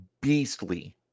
beastly